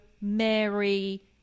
mary